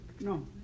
no